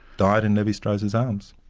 died in levi-strauss's arms.